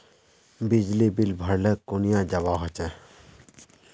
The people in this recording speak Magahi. बिजली बिल भरले कुनियाँ जवा होचे?